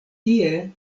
tie